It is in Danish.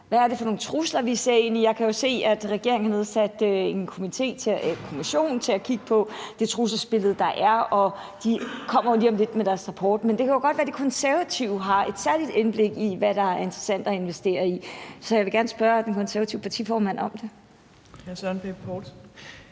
Hvad er det for nogle trusler, vi ser ind i? Jeg kan jo se, at regeringen har nedsat en kommission til at kigge på det trusselsbillede, der er, og de kommer jo lige om lidt med deres rapport. Men det kan jo godt være, at De Konservative har et særligt indblik i, hvad der er interessant at investere i. Så jeg vil gerne spørge den konservative partiformand om det. Kl. 15:30 Tredje